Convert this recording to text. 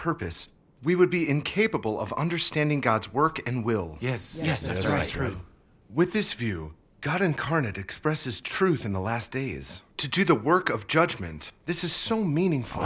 purpose we would be incapable of understanding god's work and will yes yes as a writer of with this view god incarnate expresses truth in the last days to do the work of judgment this is so meaningful